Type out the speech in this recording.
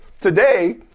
today